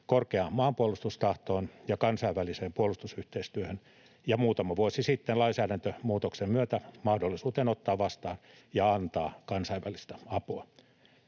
korkeaan maanpuolustustahtoon ja kansainväliseen puolustusyhteistyöhön ja muutama vuosi sitten lainsäädäntömuutoksen myötä mahdollisuuteen ottaa vastaan ja antaa kansainvälistä apua.